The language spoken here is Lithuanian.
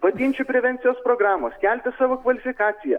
patyčių prevencijos programos kelti savo kvalifikaciją